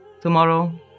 tomorrow